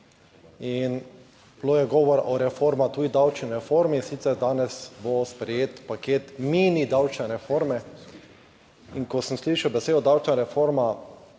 In bilo je govora o reformah, tudi davčni reformi in sicer danes bo sprejet paket mini davčne reforme in ko sem slišal besedo davčna reforma